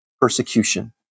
persecution